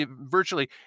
virtually